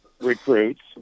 recruits